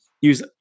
use